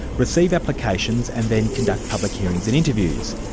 receives applications and then conducts public hearings and interviews.